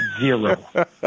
zero